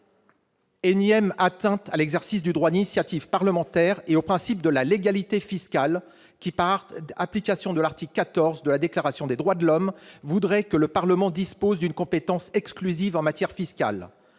énième atteinte à l'exercice du droit d'initiative parlementaire et au principe de la légalité fiscale, qui, par application de l'article XIV de la Déclaration des droits de l'homme et du citoyen, voudrait que le Parlement dispose d'une compétence exclusive en matière fiscale.